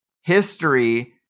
history